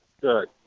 Good